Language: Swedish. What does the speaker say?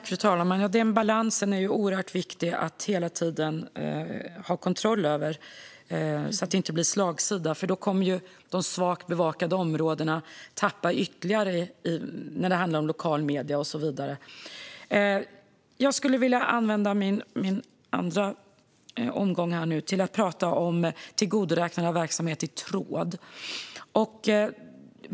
Fru talman! Det är oerhört viktigt att hela tiden ha kontroll över den balansen så att det inte blir slagsida. När det handlar om lokala medier kommer i annat fall de svagt bevakade områdena att tappa ytterligare. Jag skulle vilja använda min andra omgång till att prata om tillgodoräknande av verksamhet i tråd.